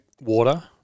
water